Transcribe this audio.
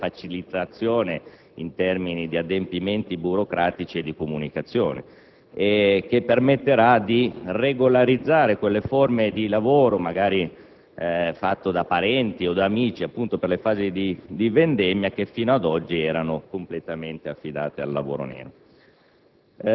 grande facilitazione in termini di adempimenti burocratici e di comunicazione; inoltre, consentirà di regolarizzare quelle forme di lavoro, svolte magari da parenti ed amici per le fasi di vendemmia, che fino ad oggi erano completamente affidate al lavoro nero.